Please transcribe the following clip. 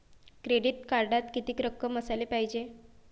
Credit कार्डात कितीक रक्कम असाले पायजे?